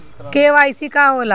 KYC का होला?